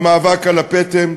במאבק על הפטם,